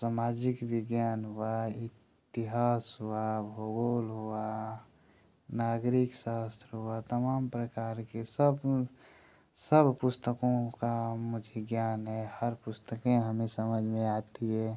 समाजिक विज्ञान हुआ इतिहास हुआ भूगोल हुआ नागरिक शास्त्र हुआ तमाम प्रकार के सब सब पुस्तकों का मुझे ज्ञान है हर पुस्तकें हमें समझ में आती है